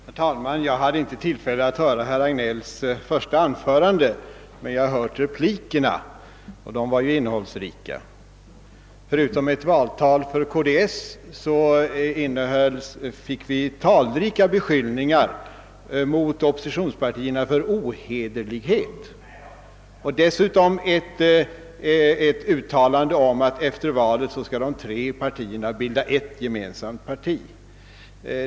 Herr talman! Jag hade inte tillfälle att höra herr Hagnells första anförande, men jag har hört replikerna, och de var ju innehållsrika. Förutom ett valtal för KDS levererade han talrika beskyllningar mot oppositionspartierna för ohederlighet :och dessutom ett uttalande om att de tre borgerliga partierna efter valet skall bilda ett gemensamt parti.